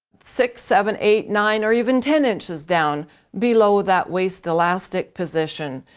six, seven, eight, nine or even ten inches down below that waist elastic position.